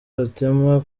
otema